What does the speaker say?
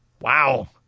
Wow